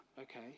Okay